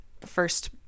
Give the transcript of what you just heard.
first